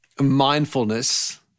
mindfulness